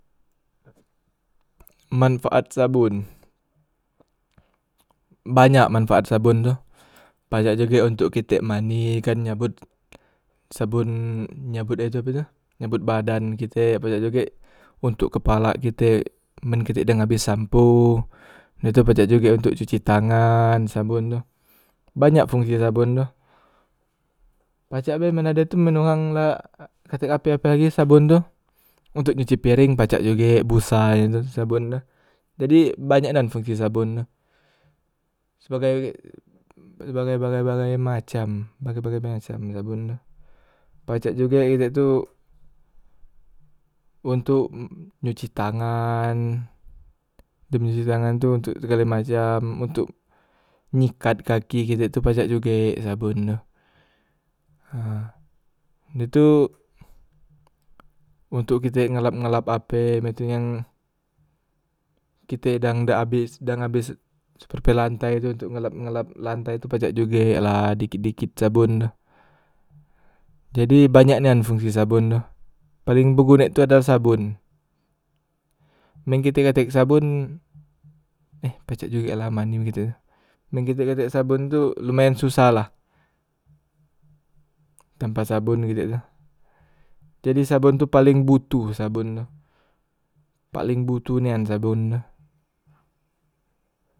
Manfaat sabon, banyak manfaat sabon tu, pacek jugek untok kitek mandi e kan, nyabot sabon nyabot e ape e tu, nyabot badan kitek, pacek juge untok kepalak kitek men kitek dang habes sampo, dah tu pacek jugek untok cuci tangan sabon tu, banyak fungsi sabon tu, pacek be amen ade tu men wang la katek ape- ape lagi sabon tu untok nyuci pereng pacak juge busa e tu sabon tu, jadi banyak nian fungsi sabon tu sebagai sebagai bagai bagai macam bagai bagai macam sabon tu, pacak jugek kitek tu untok nyuci tangan dem nyuci tangan tu untok segalek macam untok nyikat kaki kite tu pacak jugek sabon tu, ha dah tu untok kite ngelap- ngelap ape mak itu yang kite dang dak abes dang abes super pel lantai tu untok ngelap- ngelap lantai tu pacak jugek la dikit- dikit sabon tu, jadi banyak nian fungsi sabon tu, paleng begunek tu adalah sabon, men kitek katek sabon eh pacak jugek la aman juge kite, men kite katek sabon tu lumayan susah la, tanpa sabon kitek tu, jadi sabon tu paleng butuh sabon tu paleng butuh nian sabon tu.